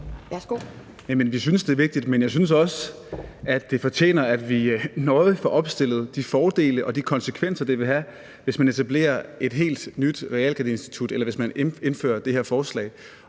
vi synes, det er vigtigt, men jeg synes også, at det fortjener, at vi nøje får opstillet de fordele og de konsekvenser, det vil have, hvis man etablerer et helt nyt realkreditinstitut, eller hvis man indfører det her forslag.